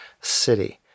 city